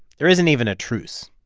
there isn't even a truce.